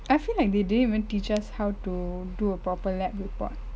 I feel like they didn't even teach us how to do a proper lab report